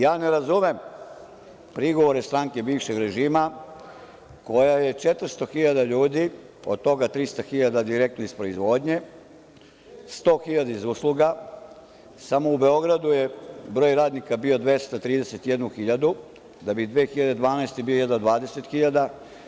Ja ne razumem prigovore stranke bivšeg režima, koja je 400.000 ljudi, od toga 300.000 direktno iz proizvodnje, 100.000 iz usluga, samo u Beogradu je broj radnika bio 231.000, da bi 2012. godine bio jedva 20.000.